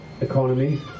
economy